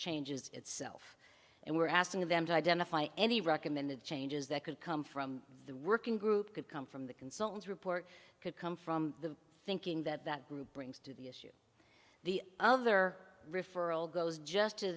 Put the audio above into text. changes itself and we're asking them to identify any recommended changes that could come from the working group could come from the consultants report could come from the thinking that that group brings to the us the other referral goes just to